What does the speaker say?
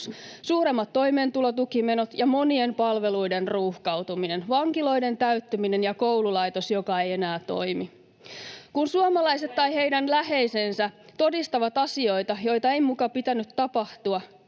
suuremmat toimeentulotukimenot ja monien palveluiden ruuhkautuminen, vankiloiden täyttyminen ja koululaitos, joka ei enää toimi. Kun suomalaiset tai heidän läheisensä todistavat asioita, joita ei muka pitänyt tapahtua,